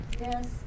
yes